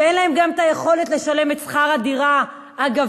אין להם גם היכולת לשלם את שכר הדירה הגבוה,